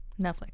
Netflix